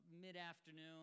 mid-afternoon